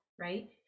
right